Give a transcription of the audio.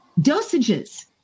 dosages